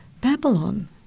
Babylon